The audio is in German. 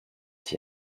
sich